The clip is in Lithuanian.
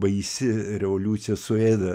baisi revoliucija suėda